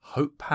Hope